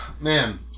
man